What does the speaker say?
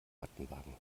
mattenwagen